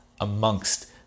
amongst